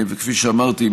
כפי שאמרתי,